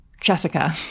Jessica